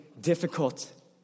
difficult